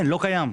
לא קיים.